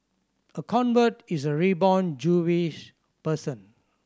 a convert is a reborn Jewish person